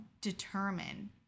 determine